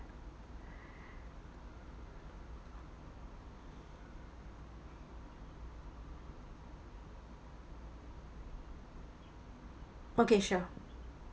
okay sure